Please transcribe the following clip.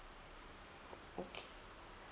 okay